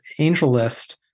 AngelList